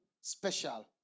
special